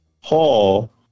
hall